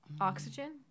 Oxygen